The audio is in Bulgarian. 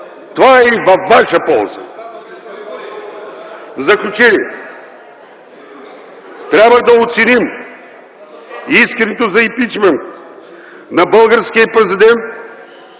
Това е и във ваша полза. В заключение, трябва да оценим искането за импийчмънт на българския президент